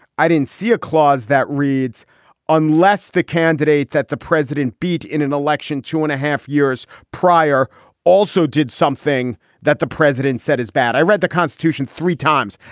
i didn't see a clause that reads unless the candidate that the president beat in an election two and a half years prior also did something that the president said is bad. i read the constitution three times.